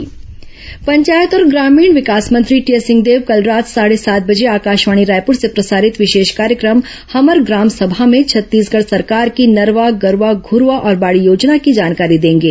हमर ग्राम सभा पंचायत और ग्रामीण विकास मंत्री टीएस सिंहदेव कल रात साढ़े सात बजे आकाशवाणी रायपुर से प्रसारित विशेष कार्यक्रम हमर ग्राम सभा भें छत्तीसगढ़ सरकार की नरवा गरूवा घुरवा और बाड़ी योजनाँ की जानकारी देंगे